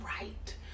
right